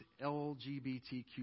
LGBTQ